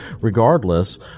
regardless